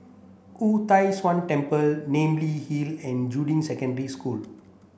Wu Tai Shan Temple Namly Hill and Juying Secondary School